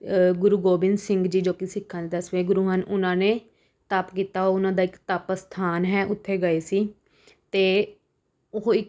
ਗੁਰੂ ਗੋਬਿੰਦ ਸਿੰਘ ਜੀ ਜੋ ਕਿ ਸਿੱਖਾਂ ਦਸਵੇਂ ਗੁਰੂ ਹਨ ਉਹਨਾਂ ਨੇ ਤਪ ਕੀਤਾ ਉਹਨਾਂ ਦਾ ਇੱਕ ਤਪ ਅਸਥਾਨ ਹੈ ਉੱਥੇ ਗਏ ਸੀ ਅਤੇ ਉਹ ਇੱਕ